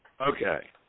Okay